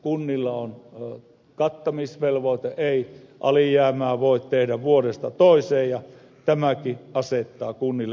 kunnilla on kattamisvelvoite ei alijäämää voi tehdä vuodesta toiseen ja tämäkin asettaa kunnille omat rajoitteet